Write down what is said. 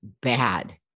bad